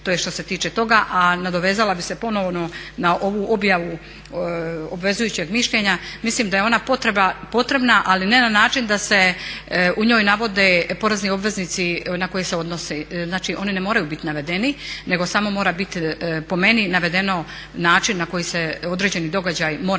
to je što se tiče toga. A nadovezala bi se ponovo na ovu objavu obvezujućeg mišljenja, mislim da je ona potrebna ali ne na način da se u njoj navode porezni obveznici na koje se odnosi. Znači oni ne moraju bit navedeni nego samo mora bit po meni navedeno način na koji se određeni događaj mora